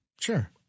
Sure